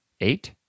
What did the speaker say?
Eight